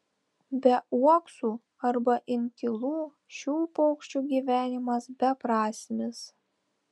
be uoksų arba inkilų šių paukščių gyvenimas beprasmis